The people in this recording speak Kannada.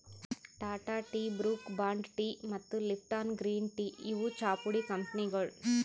Tata tea, Brooke Bond tea ಮತ್ತ್ ಲಿಪ್ಟಾನ್ ಗ್ರೀನ್ ಟೀ ಇವ್ ಚಾಪುಡಿ ಕಂಪನಿಗೊಳ್